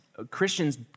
Christians